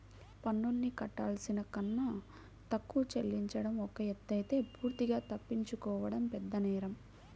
పన్నుల్ని కట్టాల్సిన కన్నా తక్కువ చెల్లించడం ఒక ఎత్తయితే పూర్తిగా తప్పించుకోవడం పెద్దనేరం